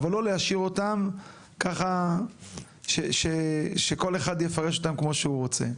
אבל לא להשאיר אותם ככה שכל אחד יפרש אותם כמו שהוא רוצה.